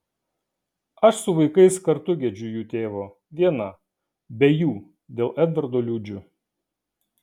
aš su vaikais kartu gedžiu jų tėvo viena be jų dėl edvardo liūdžiu